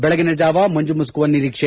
ಬೆಳಗಿನಜಾವ ಮಂಜು ಮುಸುಕುವ ನಿರೀಕ್ಷೆ